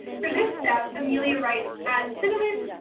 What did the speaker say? for this step amelia writes add cinnamon,